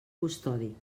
custodi